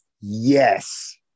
yes